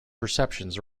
perceptions